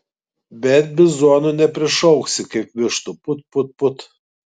bet bizonų neprišauksi kaip vištų put put put